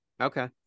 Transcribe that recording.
okay